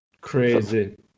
Crazy